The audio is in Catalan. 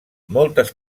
moltes